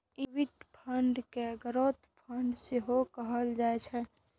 equity fund कें growth fund सेहो कहल जाइ छै